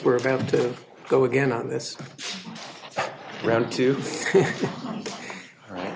we're about to go again on this round too right